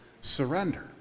surrender